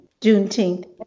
Juneteenth